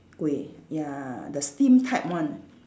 kueh ya the steamed type one